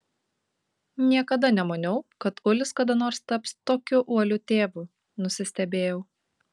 niekada nemaniau kad ulis kada nors taps tokiu uoliu tėvu nusistebėjau